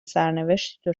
سرنوشتی